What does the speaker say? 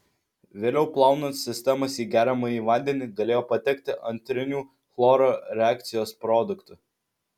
vėliau plaunant sistemas į geriamąjį vandenį galėjo patekti antrinių chloro reakcijos produktų